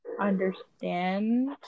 understand